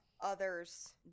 Others